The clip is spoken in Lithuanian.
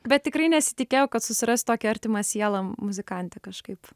bet tikrai nesitikėjau kad susiras tokią artimą sielą muzikante kažkaip